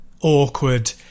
awkward